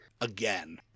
again